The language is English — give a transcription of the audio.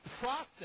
process